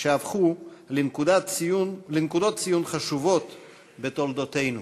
שהפכו לנקודות ציון חשובות בתולדותינו.